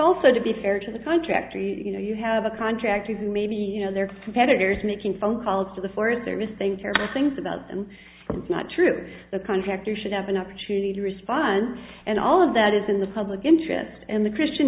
also to be fair to the contractor you know you have a contractor who maybe you know their competitors making phone calls to the forest they're missing terrible things about them is not true the contractor should have an opportunity to respond and all of that is in the public interest and the christian